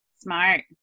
Smart